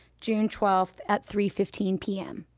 june twelfth at three fifteen p m.